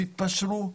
תתפשרו,